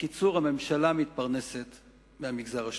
בקיצור, הממשלה מתפרנסת מהמגזר השלישי.